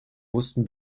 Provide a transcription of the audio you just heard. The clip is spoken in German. mussten